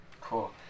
Cool